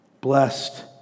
Blessed